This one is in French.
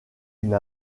une